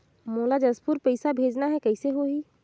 मोला जशपुर पइसा भेजना हैं, कइसे होही?